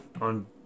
on